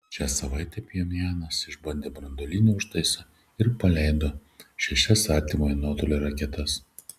šią savaitę pchenjanas išbandė branduolinį užtaisą ir paleido šešias artimojo nuotolio raketas